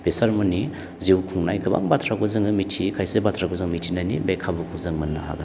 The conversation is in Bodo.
बिसोर मोननि जिउ खुंनाय गोबां बाथ्राखौ जोङो मिथियै खायसे बाथ्राखौ मिथिनायनि बे खाबुखौ जों मोननो हागोन